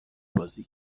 بازی